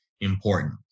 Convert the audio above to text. important